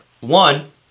one